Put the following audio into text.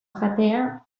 jatea